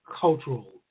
cultural